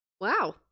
Wow